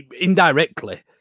Indirectly